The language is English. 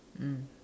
mm